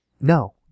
no